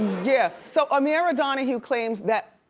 yeah, so amirah donahue claims that,